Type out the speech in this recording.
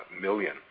million